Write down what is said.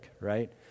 right